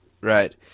Right